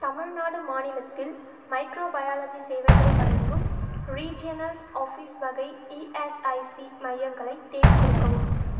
தமிழ்நாடு மாநிலத்தில் மைக்ரோபயாலஜி சேவைகள் வழங்கும் ரீஜினல் ஆஃபீஸ் வகை இஎஸ்ஐசி மையங்களை தேடிக் கொடுக்கவும்